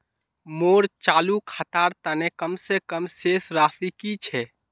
मोर चालू खातार तने कम से कम शेष राशि कि छे?